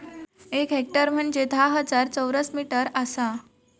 एक हेक्टर म्हंजे धा हजार चौरस मीटर आसा